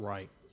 Right